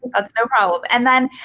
that's no problem. and then,